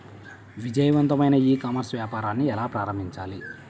విజయవంతమైన e commerce వ్యాపారాన్ని ఎలా ప్రారంభించాలి?